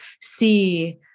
see